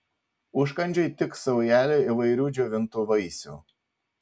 užkandžiui tiks saujelė įvairių džiovintų vaisių